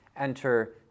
enter